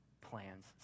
plans